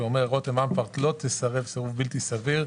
שאומר: רותם אמפרט לא תסרב סירוב בלתי סביר,